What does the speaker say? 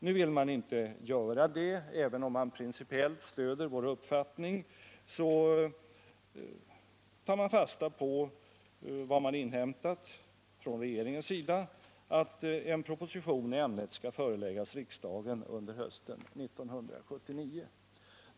Även om utskottet rent principiellt stöder vår uppfattning har man alltså inte velat göra detta, utan man har tagit fasta på vad som inhämtats från regeringens sida, nämligen att en proposition i ämnet skall föreläggas riksdagen under hösten 1979.